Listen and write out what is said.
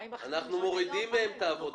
אנחנו מורידים מהם את העבודה.